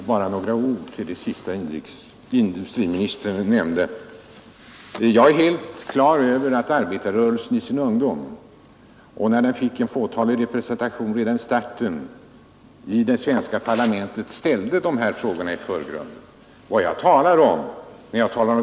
Herr talman! Bara några ord till det sista som industriministern nämnde. Jag är helt på det klara med att arbetarrörelsen i sin ungdom, när den hade en fåtalig representation i det svenska parlamentet, redan i starten ställde de här frågorna vi i dag diskuterar i förgrunden.